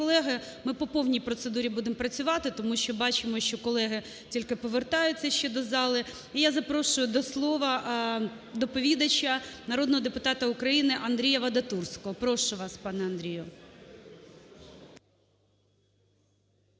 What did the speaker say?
колеги, ми по повній процедурі будемо працювати, тому що бачимо, що колеги тільки повертаються ще до зали. І я запрошую до слова доповідача – народного депутата України Андрія Вадатурського. Прошу вас, пане Андрію.